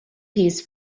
piece